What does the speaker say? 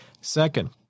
Second